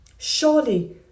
surely